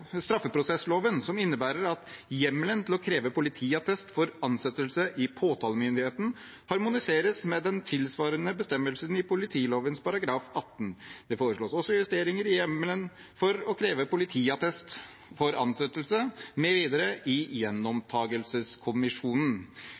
straffeprosessloven, som innebærer at hjemmelen for å kreve politiattest for ansettelse i påtalemyndigheten harmoniseres med den tilsvarende bestemmelsen i politiloven § 18. Det foreslås også justeringer i hjemmelen for å kreve politiattest for ansettelse mv. i